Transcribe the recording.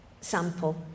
sample